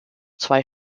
zwei